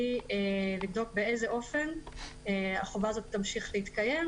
היא לבדוק באיזה אופן החובה הזאת תמשיך להתקיים